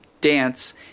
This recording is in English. dance